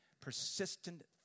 persistent